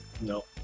no